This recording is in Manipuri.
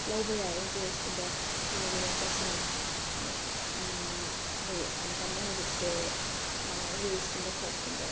ꯂꯧꯕ ꯌꯥꯏ ꯔꯤꯜꯁꯀꯨꯝꯕ ꯑꯣꯏꯅ ꯅꯝꯃꯛꯄ ꯑꯁꯤꯅ ꯍꯣꯏ ꯌꯥꯝ ꯀꯟꯅ ꯍꯧꯖꯤꯛꯁꯦ ꯔꯤꯜꯁꯀꯨꯝꯕ ꯁꯣꯔꯠꯁꯀꯨꯝꯕ